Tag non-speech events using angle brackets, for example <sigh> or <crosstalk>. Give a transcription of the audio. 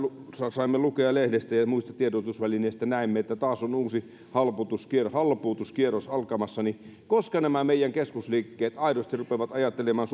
saimme lukea lehdestä ja ja muista tiedotusvälineistä näimme että taas on uusi halpuutuskierros halpuutuskierros alkamassa koska nämä meidän keskusliikkeet aidosti rupeavat ajattelemaan <unintelligible>